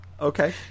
Okay